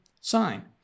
sign